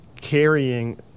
carrying